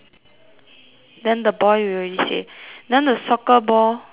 then the boy you already say then the soccer ball the guy